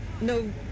no